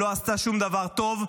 שלא עשתה שום דבר טוב.